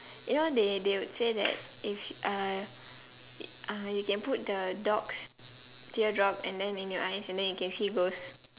you know they they would say that if uh uh you can put the dog's teardrop and then in your eyes and then you can see ghost